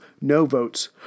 no-votes